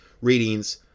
readings